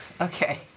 Okay